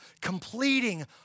completing